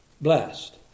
Blessed